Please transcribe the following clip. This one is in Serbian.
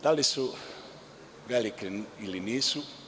Da li su velike ili nisu?